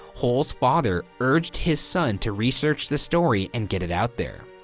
hull's father urged his son to research the story and get it out there.